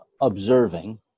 observing